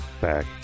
back